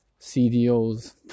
cdo's